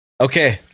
okay